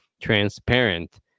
transparent